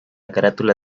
carátula